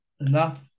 enough